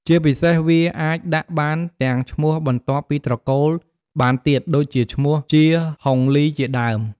ជាពិសេសវាអាចដាក់បានទាំងឈ្មោះបន្ទាប់ពីត្រកូលបានទៀតដូចជាឈ្មោះ ជា ហុងលី ជាដើម។